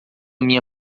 minha